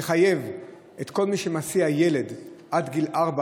שתחייב את כל מי שמסיע ילד עד גיל ארבע